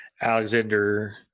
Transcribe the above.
Alexander